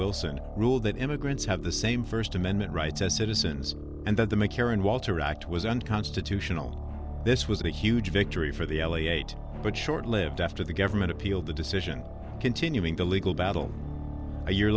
wilson ruled that immigrants have the same first amendment rights as citizens and that the mccarran walter act was unconstitutional this was a huge victory for the ele eight but short lived after the government appealed the decision continuing the legal battle a year